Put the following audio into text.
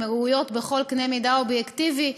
הן ראויות בכל קנה מידה אובייקטיבי.